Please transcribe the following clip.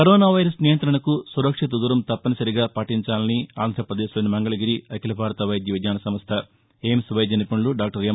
corona virus నియంతణకు సురక్షిత దూరం తప్పని సరిగా పాటించాలని ఆంధ్రపదేశ్లోని మంగళగిరి అఖీల భారత వైద్య విజ్ఞాన సంస్ట ఎయిమ్స్ వైద్య నిపుణులు డాక్టర్ ఎం